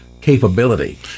capability